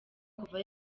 kuva